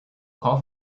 cough